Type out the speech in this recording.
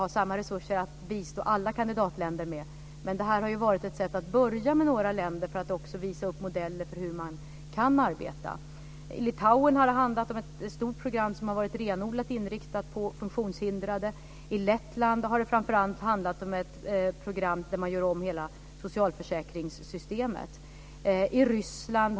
Det är bra att man har det här seminariet nu i slutet av månaden. Det är väldigt bra, men det behövs kanske några steg till. Svaret andas en väldig förståelse för vad problemet är. Men vad gör man sedan? Det behövs kanske något mer. Sonja är inne på en del saker som man skulle kunna göra. Det finns säkert andra, men det viktigaste, som jag ser det, är att frågan lyfts upp på dagordningen och blir en reell fråga.